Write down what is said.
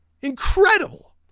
Incredible